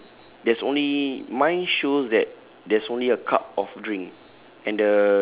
okay there's only mine shows that there's only a cup of drink